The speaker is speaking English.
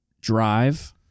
Drive